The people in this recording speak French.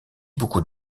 beaucoup